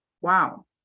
wow